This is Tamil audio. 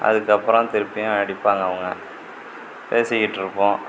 அதுக்கப்புறம் திருப்பியும் அடிப்பாங்க அவங்க பேசிக்கிட்டுருப்போம்